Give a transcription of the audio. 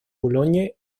boulogne